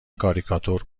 کاریکاتور